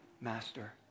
Master